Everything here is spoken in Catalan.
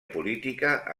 política